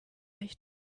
nicht